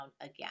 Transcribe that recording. again